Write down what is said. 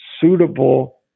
suitable